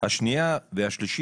הקריאה השנייה והשלישית,